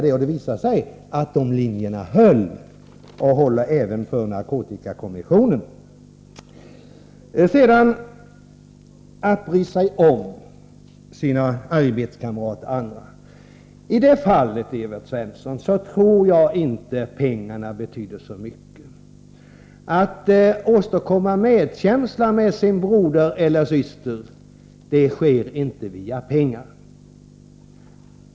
Det visade sig att våra linjer höll och håller även för narkotikakommissionen. När det gäller att bry sig om sina arbetskamrater och andra, Evert Svensson, tror jag att pengar inte betyder så mycket. Att åstadkomma medkänsla med sin broder eller syster sker inte via pengar.